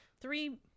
three